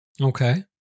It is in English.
Okay